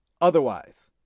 otherwise